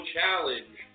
Challenge